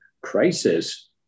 crisis